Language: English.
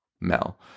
Mel